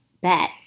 bet